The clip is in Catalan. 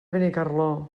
benicarló